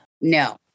No